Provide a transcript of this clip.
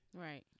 right